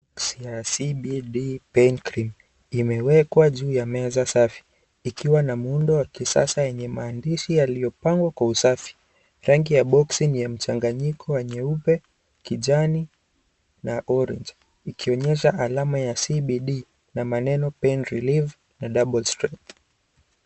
Boksi ya CBD pain cream imewekwa juu ya meza safi ikiwa na muundo wa kisasa yenye maandishi yaliyopangwa kwa usafi rangi ya boksi ni ya mchanganyiko wa nyeupe kijani na aorange ikionyesha maneno ya CBD na maneno pain releif na dauble strength .